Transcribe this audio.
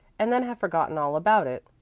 and then have forgotten all about it.